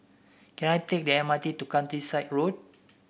can I take the M R T to Countryside Road